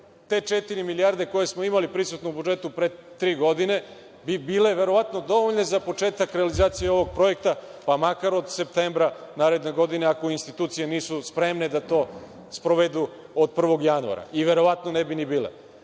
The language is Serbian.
četiri milijarde koje smo imali prisutne u budžetu pre tri godine bi bile verovatno dovoljne za početak realizacije ovog projekta, pa makar od septembra naredne godine, ako institucije nisu spremne da to sprovedu od 1. januara, i verovatno ne bi ni bile. Ja